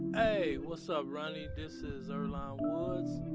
hey, what's up ronnie this is earlonne woods.